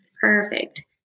Perfect